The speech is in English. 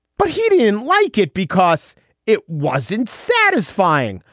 but he didn't like it because it wasn't satisfying.